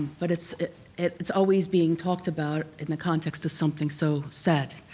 but it's it's always being talked about in the context of something so sad,